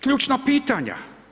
Ključna pitanja.